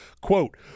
Quote